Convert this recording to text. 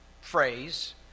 phrase